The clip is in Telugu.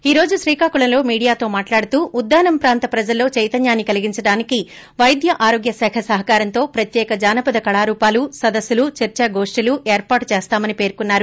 ఈ రోజు శ్రీకాకుళంలో మీడియాతో మాట్లాడుతూ ఉద్దానం ప్రాంత ప్రజల్లో చైతన్యాన్ని కలిగించడానికి వైద్య ఆరోగ్య శాఖ సహకారంతో ప్రత్యేక జానపద కాళారూపాలు సదస్సులు చర్సా గోష్టిలు ఏర్పాటు చేస్తామని పేర్కొన్సారు